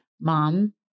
mom